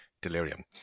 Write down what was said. delirium